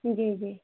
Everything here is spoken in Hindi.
जी जी